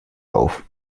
auf